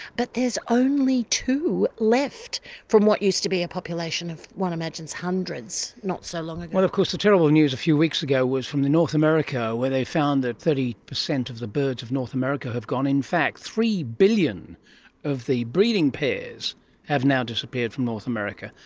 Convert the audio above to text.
but there's only two left from what used to be a population of one imagines hundreds not so long ago. well, of course the terrible news a few weeks ago was from north america, where they'd found that thirty percent of the birds of north america have gone. in fact three billion of the breeding pairs have now disappeared from north america.